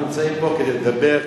אנחנו נמצאים פה כדי לדבר,